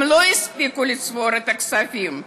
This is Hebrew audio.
הם לא הספיקו לצבור את הכספים.